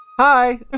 hi